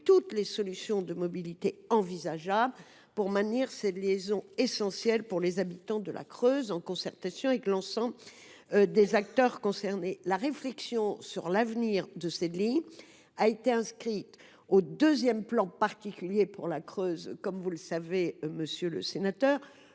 toutes les solutions de mobilité envisageables afin de maintenir cette liaison essentielle pour les habitants de la Creuse, en concertation avec l’ensemble des acteurs concernés. La réflexion sur l’avenir de cette ligne a été inscrite au deuxième plan particulier pour la Creuse (PPC2), qui devrait être bientôt